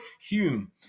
Hume